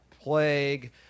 Plague